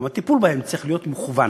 גם הטיפול בהם צריך להיות מוכוון.